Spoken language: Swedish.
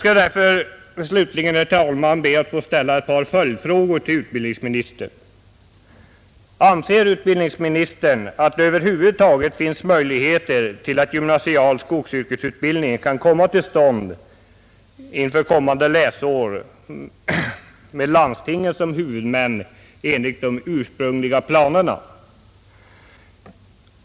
Jag skall slutligen, herr talman, be att få ställa ett par följdfrågor till utbildningsministern. Anser utbildningsministern att det över huvud taget finns möjligheter till att gymnasial skogsyrkesutbildning kan komma till stånd inför kommande läsår med landstingen som huvudmän enligt de ursprungliga planerna?